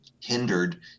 hindered